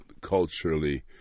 culturally